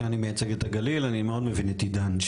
אני מייצג את הגליל ואני מאוד מבין את עידן,